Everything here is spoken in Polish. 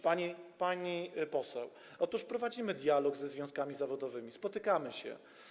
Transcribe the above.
Pani poseł, otóż prowadzimy dialog ze związkami zawodowymi, spotykamy się.